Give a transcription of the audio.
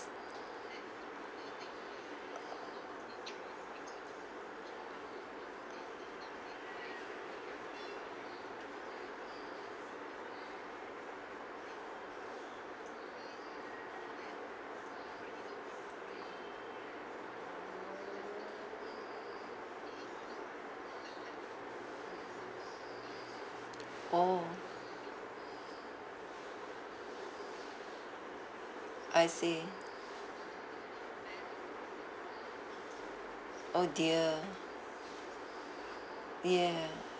orh I see oh dear ya